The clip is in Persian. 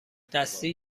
دستی